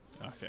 Okay